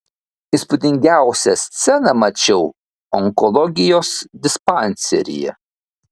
įspūdingiausią sceną mačiau onkologijos dispanseryje